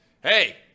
Hey